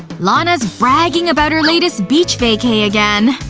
lana's bragging about her latest beach vacay again.